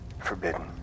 forbidden